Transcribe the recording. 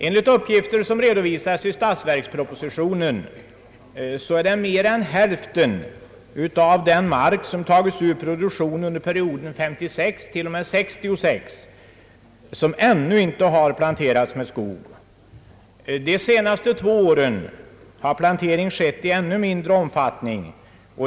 Enligt de uppgifter som redovisas i statsverkspropositionen har mer än hälften av den mark som tagits ur produktionen under perioden 1956—1966 ännu inte planterats med skog. De senaste två åren har plantering skett i ännu mindre omfattning.